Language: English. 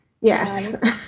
Yes